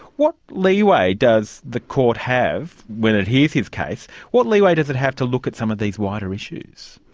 what leeway does the court have when it hears his case, what leeway does it have to look at some of these wider issues?